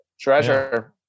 Treasure